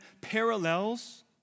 parallels